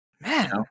man